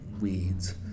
weeds